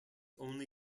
only